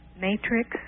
matrix